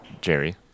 Jerry